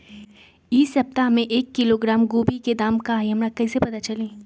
इ सप्ताह में एक किलोग्राम गोभी के दाम का हई हमरा कईसे पता चली?